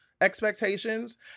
expectations